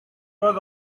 was